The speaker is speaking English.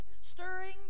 stirring